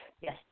Yes